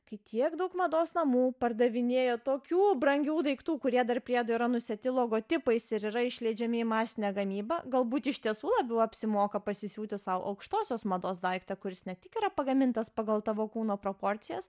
tai tiek daug mados namų pardavinėja tokių brangių daiktų kurie dar priedo yra nusėti logotipais ir yra išleidžiami į masinę gamybą galbūt iš tiesų labiau apsimoka pasisiūti sau aukštosios mados daiktą kuris ne tik yra pagamintas pagal tavo kūno proporcijas